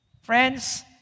Friends